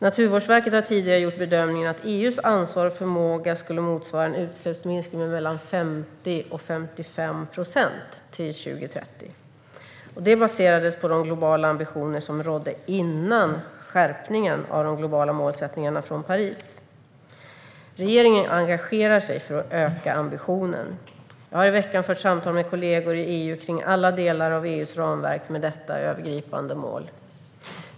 Naturvårdsverket har tidigare gjort bedömningen att EU:s ansvar och förmåga skulle motsvara en utsläppsminskning med mellan 50 och 55 procent till 2030. Det baserades på de globala ambitioner som rådde före skärpningen av de globala målsättningarna i Paris. Regeringen engagerar sig för att öka ambitionen. Jag har i veckan fört samtal med kollegor i EU kring alla delar av EU:s ramverk med detta övergripande mål.